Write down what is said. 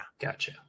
gotcha